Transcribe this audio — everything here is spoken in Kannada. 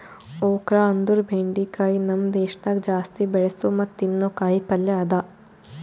ಒಕ್ರಾ ಅಂದುರ್ ಬೆಂಡಿಕಾಯಿ ನಮ್ ದೇಶದಾಗ್ ಜಾಸ್ತಿ ಬೆಳಸೋ ಮತ್ತ ತಿನ್ನೋ ಕಾಯಿ ಪಲ್ಯ ಅದಾ